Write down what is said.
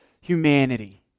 humanity